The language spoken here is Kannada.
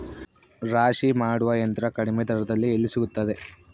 ರಾಶಿ ಮಾಡುವ ಯಂತ್ರ ಕಡಿಮೆ ದರದಲ್ಲಿ ಎಲ್ಲಿ ಸಿಗುತ್ತದೆ?